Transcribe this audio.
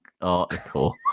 article